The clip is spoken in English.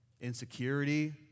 Insecurity